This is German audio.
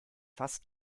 fast